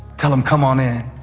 tell him, come on in.